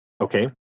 okay